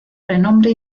renombre